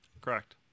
correct